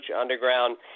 Underground